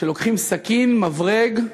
שלוקחים סכין, מברג,